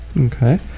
Okay